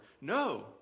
No